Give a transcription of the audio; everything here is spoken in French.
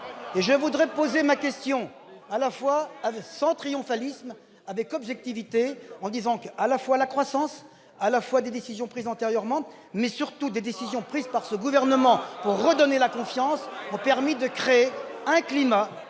et je voudrais poser ma question à la fois sans triomphalisme avec objectivité en disant qu'à la fois la croissance à la fois des décisions prises antérieurement mais surtout des décisions prises par ce gouvernement pour redonner la confiance, ont permis de créer un climat